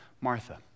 Martha